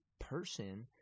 person